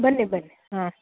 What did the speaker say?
ಬನ್ನಿ ಬನ್ನಿ ಹಾಂ